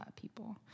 People